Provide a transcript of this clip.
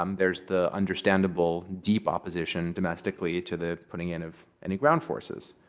um there's the understandable deep opposition, domestically, to the putting in of any ground forces.